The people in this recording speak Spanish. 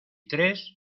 tres